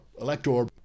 elector